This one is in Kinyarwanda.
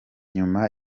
nyuma